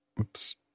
oops